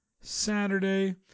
Saturday